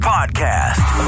Podcast